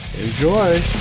Enjoy